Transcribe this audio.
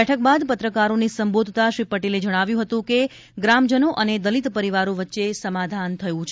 બેઠક બાદ પત્રકારોને સંબોધતા શ્રી પટેલે જણાવ્યુ હતું કે ગ્રામજનો અને દલિત પરિવારો વચ્ચે સમાધાન થયું છે